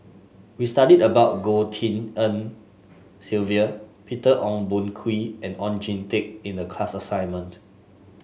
we studied about Goh Tshin En Sylvia Peter Ong Boon Kwee and Oon Jin Teik in the class assignment